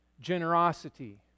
Generosity